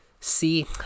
See